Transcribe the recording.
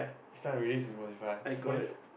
start release in Spotify Spotif~